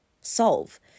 solve